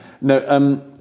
no